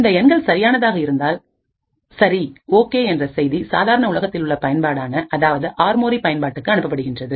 இந்த எண்கள் சரியானதாக இருந்தால் சரி என்ற செய்தி சாதாரண உலகத்தில் உள்ள பயன்பாடான அதாவது ஆர்மோரி பயன்பாட்டுக்கு அனுப்புகின்றது